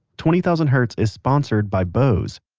twenty thousand hertz is sponsored by bose.